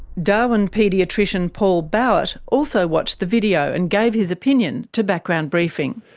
darwin paediatrician paul bauert also watched the video, and gave his opinion to background briefing.